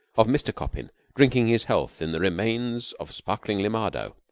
of mr. coppin drinking his health in the remains of sparkling limado,